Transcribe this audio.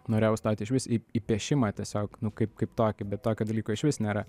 norėjau stot išvis į į piešimą tiesiog nu kaip kaip tokį bet tokio dalyko išvis nėra